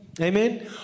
Amen